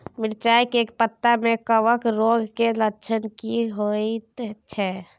मिर्चाय के पत्ता में कवक रोग के लक्षण की होयत छै?